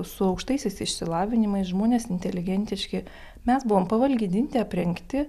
su aukštaisiais išsilavinimais žmonės inteligentiški mes buvom pavalgydinti aprengti